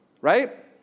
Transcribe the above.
right